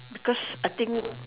because I think